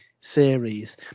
series